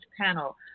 panel